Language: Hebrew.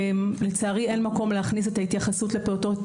לצערי אין מקום להכניס את ההתייחסות לפעוטות